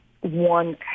one